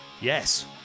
Yes